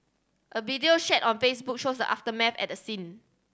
a video shared on Facebook shows the aftermath at the scene